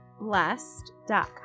blessed.com